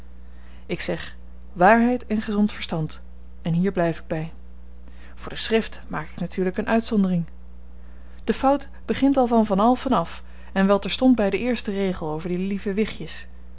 ik zeg waarheid en gezond verstand en hier blyf ik by voor de schrift maak ik natuurlyk een uitzondering de fout begint al van van alphen af en wel terstond by den eersten regel over die lieve wichtjes